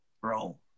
Bro